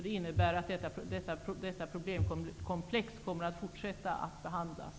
Det innebär att detta problemkomplex kommer att fortsätta att behandlas.